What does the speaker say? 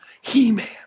He-Man